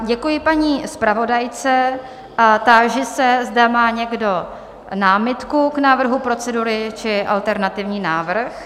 Děkuji paní zpravodajce a táži se, zda má někdo námitku k návrhu procedury či alternativní návrh?